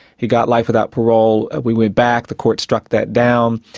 he got life without parole, we went back, the court struck that down,